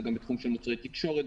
זה גם בתחום של מוצרי תקשורת,